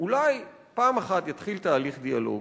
אולי פעם אחת יתחיל תהליך דיאלוג.